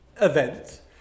event